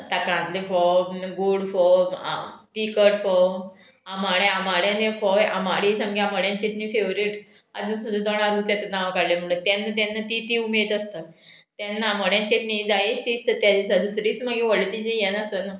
ताकांतले फोव गोड फोव आं तिकट फोव आंबाडे आंबाड्यांनी फोव आंबाडी सामकी आंबाड्यां चेटणी फेवरेट आजून सुद्दां तोणा रूच येता नांव काडले म्हण तेन्ना तेन्ना ती ती उमेद आसता तेन्ना आमाड्यांची चेटणी जायीच शी दिसा दुसरीच मागीर व्हडले तिजे येनासना